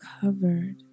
covered